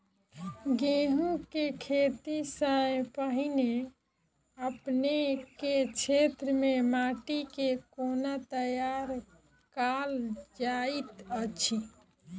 गेंहूँ केँ खेती सँ पहिने अपनेक केँ क्षेत्र मे माटि केँ कोना तैयार काल जाइत अछि?